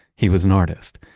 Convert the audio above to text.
he was an artist.